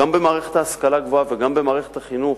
גם במערכת ההשכלה הגבוהה וגם במערכת החינוך,